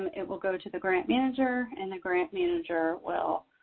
it will go to the grant manager and the grant manager will